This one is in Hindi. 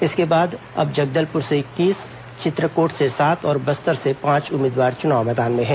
इसके बाद अब जगदलपुर से इक्कीस चित्रकोट से सात और बस्तर से पांच उम्मीदवार चुनाव मैदान में हैं